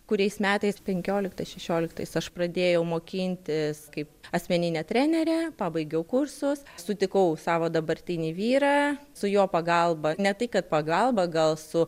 kuriais metais penkioliktais šešioliktais aš pradėjau mokintis kaip asmeninė trenerė pabaigiau kursus sutikau savo dabartinį vyrą su jo pagalba ne tai kad pagalba gal su